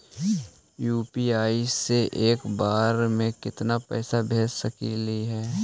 UPI से एक बार मे केतना पैसा भेज सकली हे?